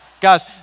Guys